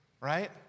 Right